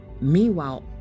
Meanwhile